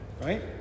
right